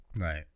Right